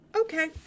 Okay